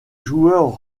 joueur